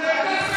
תתבייש לך,